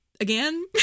again